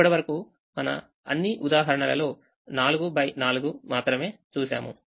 ఇప్పటి వరకు మన అన్ని ఉదాహరణలలో 4 x 4 మాత్రమే చూశాము